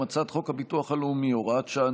הצעת חוק הביטוח הלאומי (הוראת שעה,